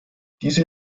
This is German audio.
diese